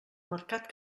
mercat